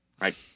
right